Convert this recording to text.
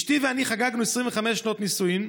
אשתי ואני חגגנו 25 שנות נישואים,